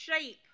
shape